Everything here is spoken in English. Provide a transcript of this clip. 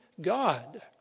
God